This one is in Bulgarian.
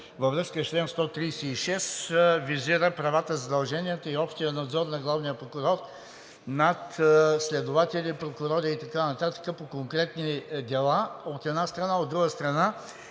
във връзка с чл. 136 визира правата и задълженията и общия надзор на главния прокурор над следователи, прокурори и така нататък по конкретни дела, от една страна, от друга страна,